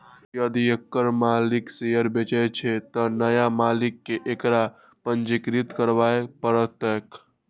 यदि एकर मालिक शेयर बेचै छै, तं नया मालिक कें एकरा पंजीकृत करबय पड़तैक